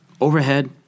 Overhead